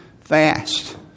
fast